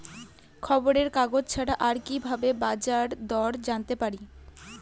খবরের কাগজ ছাড়া আর কি ভাবে বাজার দর জানতে পারি?